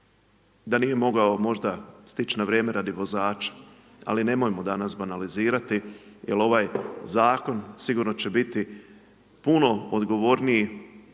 da nije mogao možda stić na vrijeme radi vozača ali nemojmo danas banalizirati jer ovaj zakon sigurno će biti puno odgovorniji,